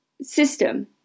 system